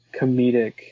comedic